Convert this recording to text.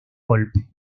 golpe